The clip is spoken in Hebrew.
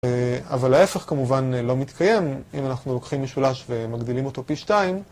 אבל ההפך כמובן לא מתקיים אם אנחנו לוקחים משולש ומגדילים אותו פי שתיים.